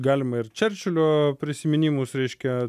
galima ir čerčilio prisiminimus reiškia